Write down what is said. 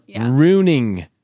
ruining